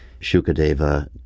Shukadeva